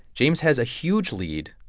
james has a huge lead,